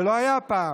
זה לא היה פעם.